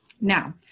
Now